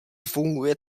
funguje